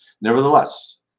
nevertheless